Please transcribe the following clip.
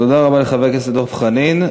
תודה רבה לחבר הכנסת דב חנין.